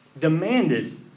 demanded